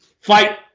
fight